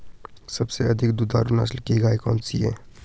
सबसे अधिक दुधारू नस्ल की गाय कौन सी है?